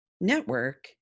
network